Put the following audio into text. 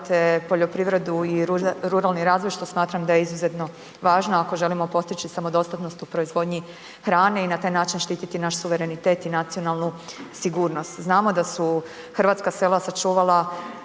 poljoprivredu i ruralni razvoj što smatram da je izuzetno važno ako želimo postići samodostatnost u proizvodnji hrane i na taj način štititi naš suverenitet i nacionalnu sigurnost. Znamo da su hrvatska sela sačuvala